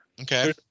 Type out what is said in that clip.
Okay